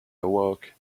awoke